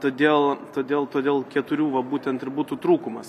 todėl todėl todėl keturių va būtent ir būtų trūkumas